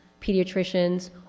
pediatricians